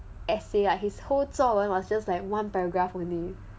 essay like his whole 作文 was just like one paragraph only